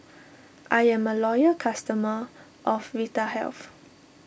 I'm a loyal customer of Vitahealth